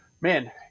man